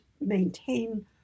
maintain